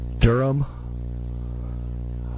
Durham